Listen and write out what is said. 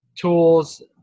tools